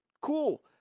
Cool